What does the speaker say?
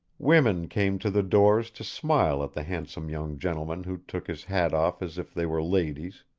women came to the doors to smile at the handsome young gentleman who took his hat off as if they were ladies